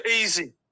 easy